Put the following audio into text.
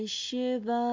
shiva